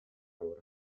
calore